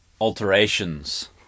Alterations